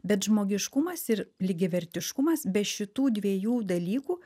bet žmogiškumas ir lygiavertiškumas be šitų dviejų dalykų